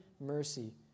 mercy